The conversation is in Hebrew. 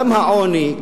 גם העוני,